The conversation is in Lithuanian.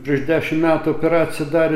prieš dešim metų operaciją darė